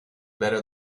better